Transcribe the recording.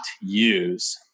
use